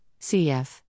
cf